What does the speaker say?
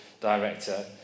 director